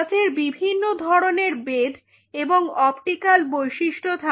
কাচের বিভিন্ন ধরনের বেধ এবং অপটিকাল বৈশিষ্ট্য থাকে